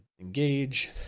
Engage